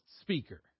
speaker